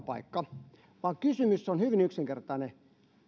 paikka vaan kysymys on hyvin yksinkertainen